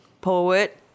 poet